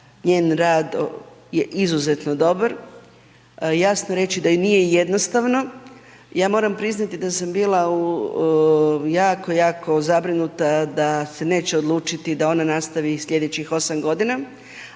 njen rad je izuzetno dobar, jasno reći da joj nije jednostavno. Ja moram priznati da sam bila jako, jako zabrinuta da se neće odlučiti da ona nastavi i sljedećih osam godina,